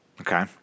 Okay